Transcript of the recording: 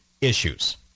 issues